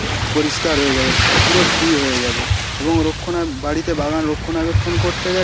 পরিষ্কার হয়ে যাবে পুরো ফ্রি হয়ে যাবে এবং বাড়িতে বাগান রক্ষণাবেক্ষণ করতে গেলে